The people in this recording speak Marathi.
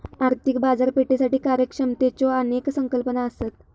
आर्थिक बाजारपेठेसाठी कार्यक्षमतेच्यो अनेक संकल्पना असत